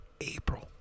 April